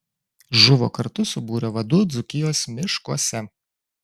žuvo kartu su būrio vadu dzūkijos miškuose